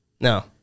No